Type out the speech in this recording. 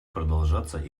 продолжаться